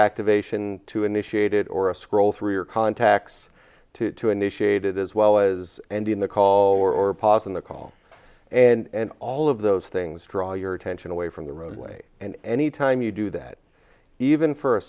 activation to initiate it or a scroll through your contacts to initiate it as well as andean the caller or pause in the call and all of those things draw your attention away from the roadway and any time you do that even for a